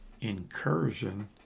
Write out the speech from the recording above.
incursion